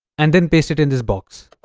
and then paste it in this box